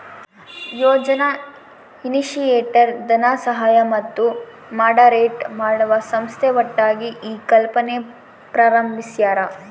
ಯೋಜನಾ initiator ಧನಸಹಾಯ ಮತ್ತು moderate ಮಾಡುವ ಸಂಸ್ಥೆ ಒಟ್ಟಾಗಿ ಈ ಕಲ್ಪನೆ ಪ್ರಾರಂಬಿಸ್ಯರ